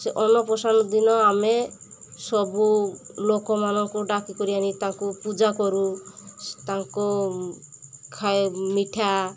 ସେ ଅନ୍ନପ୍ରସନ୍ନ ଦିନ ଆମେ ସବୁ ଲୋକମାନଙ୍କୁ ଡାକିକରି ଆଣି ତାଙ୍କୁ ପୂଜା କରୁ ତାଙ୍କୁ ଖାଇବାକୁ ମିଠା